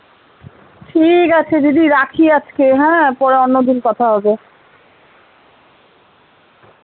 ঠিক আছে দিদি রাখি আজকে হ্যাঁ পরে অন্য দিন কথা হবে